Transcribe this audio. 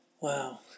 Wow